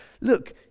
look